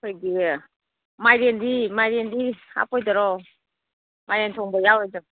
ꯑꯩꯈꯣꯏꯒꯤ ꯃꯥꯏꯔꯦꯟꯗꯤ ꯃꯥꯏꯔꯦꯟꯗꯤ ꯍꯥꯞꯄꯣꯏꯗ꯭ꯔꯣ ꯃꯥꯏꯔꯦꯟ ꯊꯣꯡꯕ ꯌꯥꯎꯔꯣꯏꯗ꯭ꯔꯣ